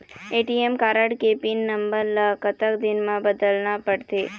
ATM card के pin number ला कतक दिन म बदलना पड़थे?